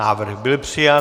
Návrh byl přijat.